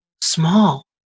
small